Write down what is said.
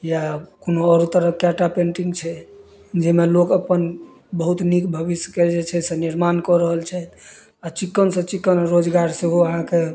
या कोनो आओर तरह कएटा पेन्टिंग छै जाहिमे लोक अपन बहुत नीक भविष्यके जे छै से निर्माण कऽ रहल छथि आ चिक्कनसँ चिक्कन रोजगार सेहो अहाँके